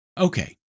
Okay